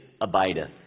abideth